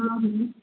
हा हा